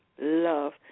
love